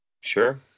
Sure